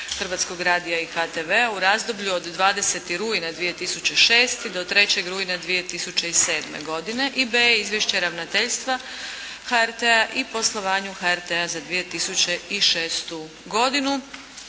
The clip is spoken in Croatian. programima HR-a i HTV-a u razdoblju od 20. rujna 2006. do 3. rujna 2007. godine; - b) Izvješće ravnateljstva HRT-a o poslovanju HRT-a za 2006. godinu